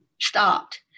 stopped